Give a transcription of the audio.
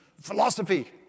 philosophy